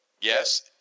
Yes